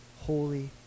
holy